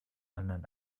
anderen